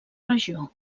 regió